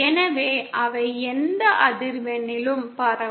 எனவே அவை எந்த அதிர்வெண்ணிலும் பரவும்